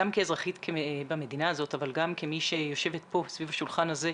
גם כאזרחית במדינה הזאת אבל גם כמי שיושבת פה סביב השולחן הזה,